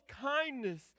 kindness